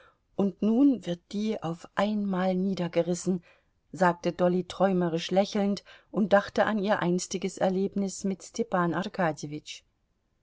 und nun wird die auf einmal niedergerissen sagte dolly träumerisch lächelnd und dachte an ihr einstiges erlebnis mit